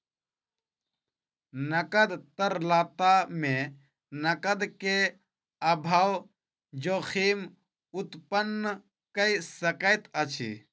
नकद तरलता मे नकद के अभाव जोखिम उत्पन्न कय सकैत अछि